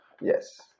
Yes